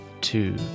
two